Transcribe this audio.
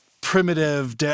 Primitive